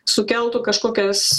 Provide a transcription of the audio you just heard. sukeltų kažkokias